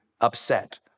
upset